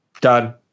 done